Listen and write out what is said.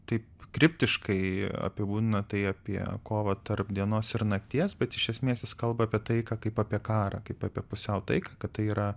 taip kriptiškai apibūdina tai apie kovą tarp dienos ir nakties bet iš esmės jis kalba apie taiką kaip apie karą kaip apie pusiau taiką kad tai yra